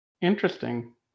Interesting